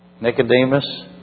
Nicodemus